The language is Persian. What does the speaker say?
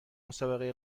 مسابقه